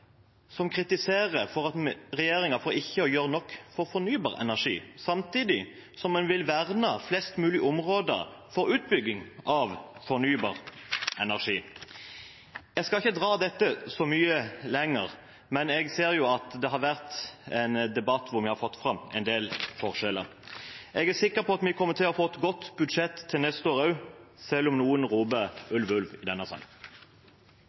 som kritiserer regjeringen for ikke å gjøre nok for fornybar energi, samtidig som de vil verne flest mulige områder for utbygging av fornybar energi. Jeg skal ikke dra dette så mye lenger, men jeg ser at det har vært en debatt hvor vi har fått fram en del forskjeller. Jeg er sikker på at vi kommer til å få et godt budsjett til neste år også, selv om noen roper ulv, ulv i denne salen.